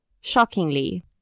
Shockingly